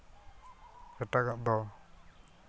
ᱮᱴᱟᱜᱟᱜ ᱫᱚ